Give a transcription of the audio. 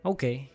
Okay